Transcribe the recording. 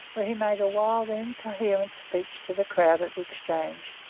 where he made a wild and incoherent speech to the crowd at the exchange.